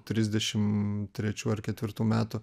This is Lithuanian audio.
trisdešim trečių ar ketvirtų metų